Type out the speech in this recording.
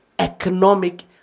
Economic